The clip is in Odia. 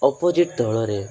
ଅପୋଜିଟ୍ ଦଳରେ